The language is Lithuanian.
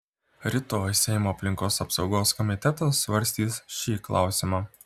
rytoj seimo aplinkos apsaugos komitetas svarstys šį klausimą